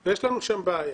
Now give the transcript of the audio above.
אם כן, יש לנו שם בעיה